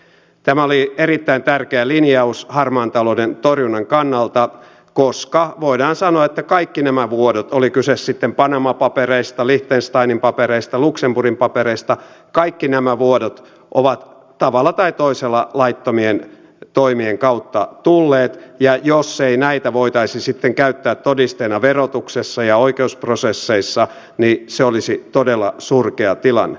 tämä oli erittäin tärkeä linjaus harmaan talouden torjunnan kannalta koska voidaan sanoa että kaikki nämä vuodot oli kyse sitten panama papereista liechtensteinin papereista tai luxemburgin papereista ovat tavalla tai toisella laittomien toimien kautta tulleet ja jos ei näitä voitaisi sitten käyttää todisteena verotuksessa ja oikeusprosesseissa niin se olisi todella surkea tilanne